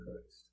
Christ